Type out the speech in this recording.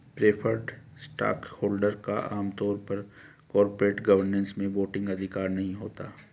preferred stockholder का आम तौर पर कॉरपोरेट गवर्नेंस में वोटिंग अधिकार नहीं होता है